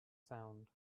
sound